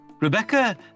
Rebecca